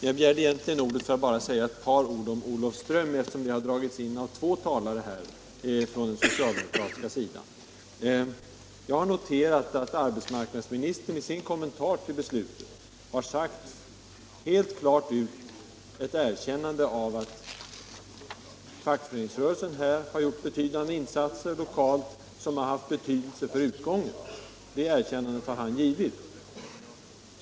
Jag begärde egentligen ordet för att säga ett par ord om Olofström, eftersom detta har dragits in i debatten av två talare på den socialdemokratiska sidan. Jag har noterat att arbetsmarknadsministern i sin kommentar till beslutet har utttalat att fackföreningsrörelsen här har gjort betydande insatser lokalt, som har haft betydelse för utgången av frågan. Det erkännandet har han alltså givit.